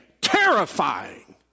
terrifying